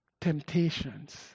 temptations